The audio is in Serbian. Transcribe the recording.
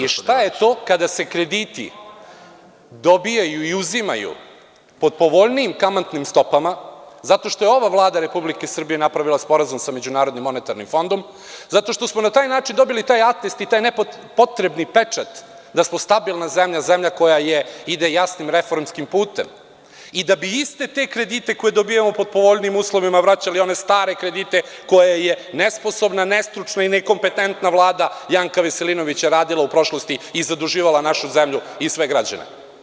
I šta je to kada se krediti dobijaju i uzimaju pod povoljnijim kamatnim stopama, zato što je ova vlada Republike Srbije napravila sporazum sa MMF, zato što smo na taj način dobili taj atest i taj potrebni pečat da smo stabilna zemlja, zemlja koja ide jasnim reformskim putem i da bi iste te kredite koje dobijamo pod povoljnijim uslovima vraćali one stare kredite koje je nesposobna, nestručna i nekompetentna Vlada Janka Veselinovića radila u prošlosti i zaduživala sve građane.